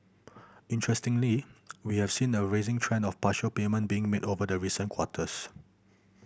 interestingly we have seen a rising trend of partial payment being made over the recent quarters